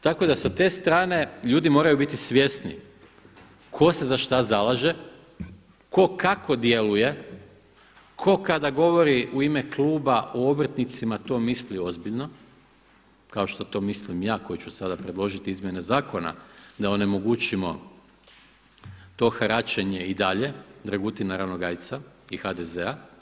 Tako da sa te strane ljudi moraju biti svjesni tko se za šta zalaže, tko kako djeluje, tko kada govori u ime kluba o obrtnicima to misli ozbiljno, kao što to mislim ja koji ću sada predložiti izmjene zakona da onemogućimo to haračenje i dalje Dragutina Ranogajca i HDZ-a.